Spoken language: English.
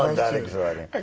and that exciting. but